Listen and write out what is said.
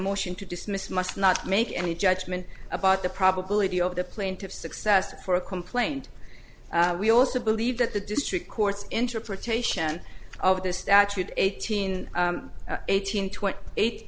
motion to dismiss must not make any judgment about the probability of the plaintiff's success for a complaint we also believe that the district court's interpretation of this statute eighteen eighteen twenty eight